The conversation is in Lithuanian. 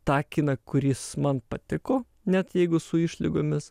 tą kiną kuris man patiko net jeigu su išlygomis